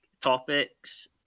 topics